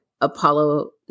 Apollo